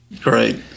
Great